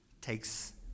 takes